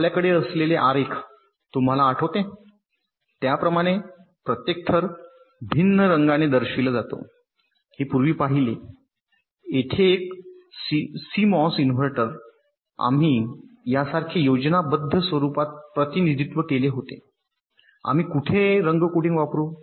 आपल्याकडे असलेले आरेख तुम्हाला आठवते त्याप्रमाणे प्रत्येक थर भिन्न रंगाने दर्शविला जातो हे पूर्वी पाहिले येथे एक सीएमओएस इन्व्हर्टर आम्ही यासारखे योजनाबद्ध स्वरूपात प्रतिनिधित्व केले होते आम्ही कुठे रंग कोडिंग वापरु